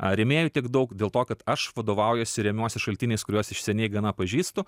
rėmėjų tiek daug dėl to kad aš vadovaujuosi remiuosi šaltiniais kuriuos iš seniai gana pažįstu